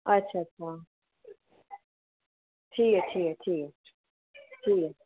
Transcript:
अच्छा अच्छा ठीक ऐ ठीक ऐ ठीक ऐ ठीक ऐ